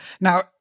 Now